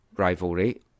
rivalry